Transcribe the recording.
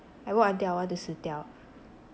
I work until I want to 死掉